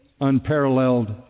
unparalleled